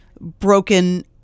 broken